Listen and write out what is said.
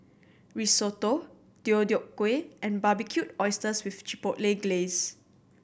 Risotto Deodeok Gui and Barbecued Oysters with Chipotle Glaze